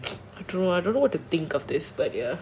I don't know what to think of this but ya